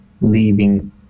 Leaving